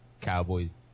Cowboys